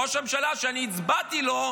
ראש הממשלה שאני הצבעתי לו,